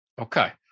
Okay